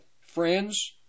friends